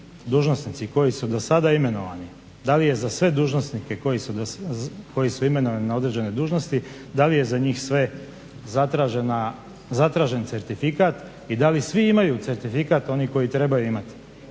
dužnosnici koji su do sada imenovani, da li je za sve dužnosnike koji su imenovani na određene dužnosti, da li je za njih sve zatražen, zatražen certifikat i da li svi imaju certifikat, oni koji trebaju imati.